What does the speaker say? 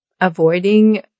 avoiding